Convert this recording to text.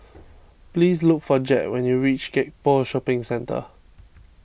please look for Jett when you reach Gek Poh Shopping Centre